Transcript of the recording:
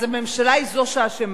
אז הממשלה היא זו שאשמה.